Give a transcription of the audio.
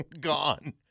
gone